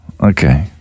Okay